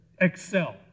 excel